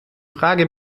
frage